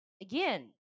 again